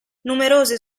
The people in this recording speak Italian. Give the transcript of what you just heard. numerose